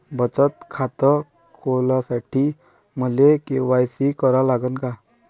बचत खात खोलासाठी मले के.वाय.सी करा लागन का?